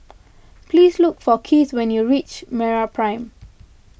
please look for Kieth when you reach MeraPrime